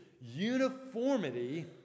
uniformity